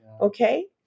okay